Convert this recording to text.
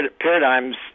paradigms